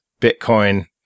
Bitcoin